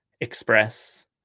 Express